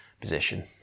position